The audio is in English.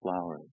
flowers